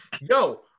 yo